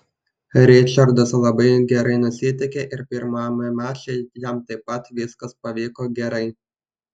ričardas labai gerai nusiteikė ir pirmame mače jam taip pat viskas pavyko gerai